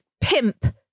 pimp